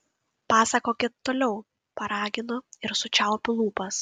pasakokit toliau paraginu ir sučiaupiu lūpas